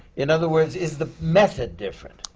in other words, is the method different?